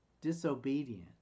disobedient